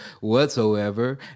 whatsoever